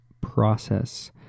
process